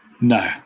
No